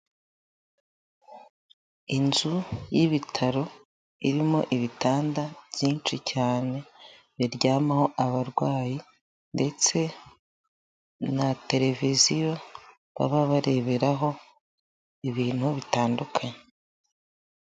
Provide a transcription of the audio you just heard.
Inzu y'ibitaro irimo ibitanda byinshi cyane, biryamaho abarwayi ndetse na televiziyo baba bareberaho ibintu bitandukanye.